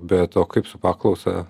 bet o kaip su paklausa